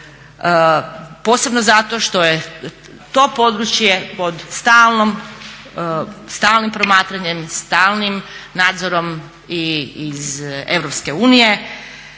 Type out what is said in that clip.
posebno zato što je to područje pod stalnim promatranjem, stalnim nadzorom iz EU.